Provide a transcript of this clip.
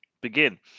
Begin